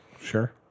Sure